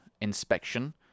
inspection